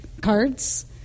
cards